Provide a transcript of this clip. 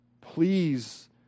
please